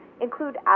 include